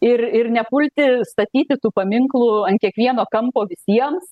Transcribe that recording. ir ir nepulti statyti tų paminklų ant kiekvieno kampo visiems